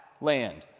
land